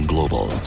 Global